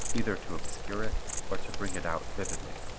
either to obscure it or to bring it out vividly.